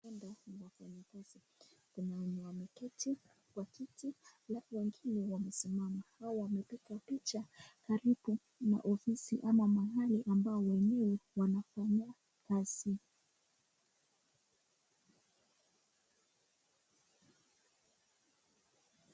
Huenda ni wafanyikazi. Kuna wenye wameketi kwa kiti alafu wengine wamesimama. Hao wamepiga picha karibu na ofisi ama mahali ambao wenyewe wanafanyia kazi.